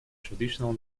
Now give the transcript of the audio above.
traditional